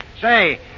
Say